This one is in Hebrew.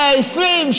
120,